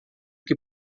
que